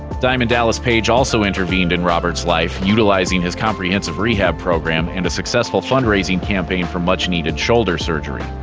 diamond dallas page also intervened in robert's life, utilizing his comprehensive rehab program, and a successful fundraising campaign for much-needed shoulder surgery.